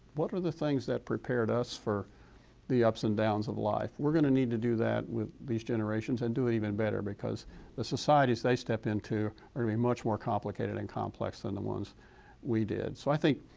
what are the things that prepared us for the ups and downs of life? we're going to need to do that with these generations and do even better because the societies they step into are going to be much more complicated and complex than the ones we did. so i think